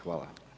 Hvala.